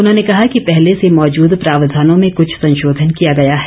उन्होंने कहा कि पहले से मौजूद प्रावधानों में कुछ संशोधन किया गया है